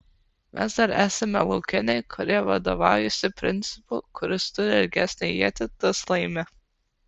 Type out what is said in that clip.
mes dar esame laukiniai kurie vadovaujasi principu kuris turi ilgesnę ietį tas laimi